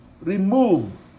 remove